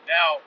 Now